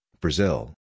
Brazil